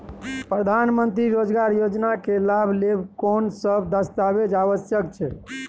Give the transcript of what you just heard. प्रधानमंत्री मंत्री रोजगार योजना के लाभ लेव के कोन सब दस्तावेज आवश्यक छै?